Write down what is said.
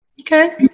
Okay